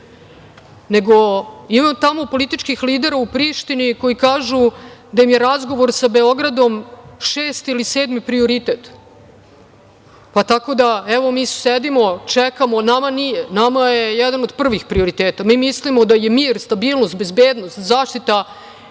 nego ima tamo političkih lidera u Prištini koji kažu da im je razgovor sa Beogradom šesti ili sedmi prioritet. Pa, tako da mi evo sedimo, čekamo, a nama nije, nama je jedan od prvih prioriteta. Mi mislimo da je mir i stabilnost, bezbednost, zaštita